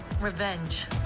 Revenge